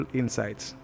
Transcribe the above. insights